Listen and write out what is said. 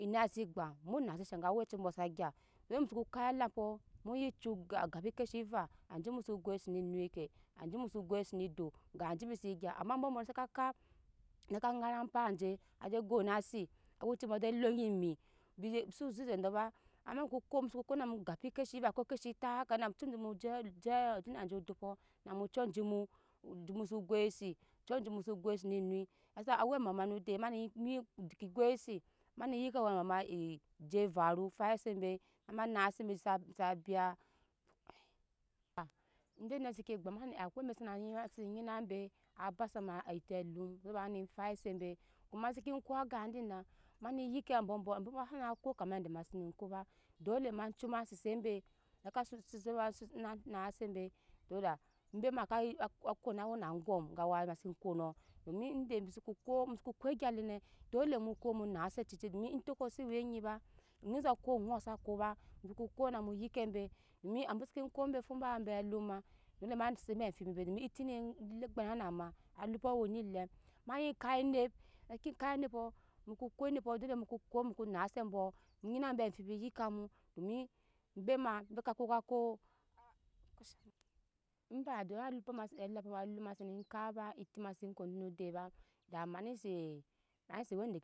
Enai se gba mu nase shaga awɛci se gba mu nase shga aweci bu sa gya domi mu soko kap elampɔ mu ye cu ya gape kesha ve ajemuso goi ne kaje aje muso goise ne do kaje bise gya ama abɔ bɔ saka kap naka ŋara paaje eje gonase awɛ ci buje luŋe mii bize su zeze do ba ama muso mu ko ko na mu gabe ke she ve ko ke she tat haka na mu cu a ju mu jei je je na je oodapɔ namu cuu jemu do musa goisi cu aje muso goise ne noi hasa awɛ mama mude mani jeke goisi mane yike ewɛ mama je varu fai sebe ma na sebe sassa biya edɛ nai seke gba ma ne akwai ebe ma sene nyina embe aba sama eti lum we ma ne fai sebe ko ma seke ko aga dina ma ne yike ambiɔ bɔ ambɔ bɔ sana ko kama yede ma sene ko ba dole macu ma sese embe hake sese nasese na nase embe do do embe ma ka kona wena aŋɔm gawa mase kono domi ede mu soko ko egyi lene dole mu ko mu nasa acece domi etoko si we nyi ba sako oŋɔ sa ko ba mu soko ko na mu yike embe domi mase ko embe foba embe alum ma dole ma nase amfibi be domi eti ne kpane na ma alumpɔ we ne lem ma ye kap enep ma ke kap nepɔ mu ko ko enepɔ. dole mu ko mu ko nase bu nyina abe amfibi yika mu domi embe ma be ka kokako eba dom alumpɔ ma se lampɔ ma sena kap ma eti ma se ko nude ba da ma nese mane se we de ke